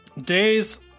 Days